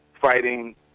fighting